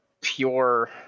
pure